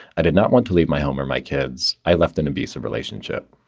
i did not want to leave my home or my kids. i left an abusive relationship.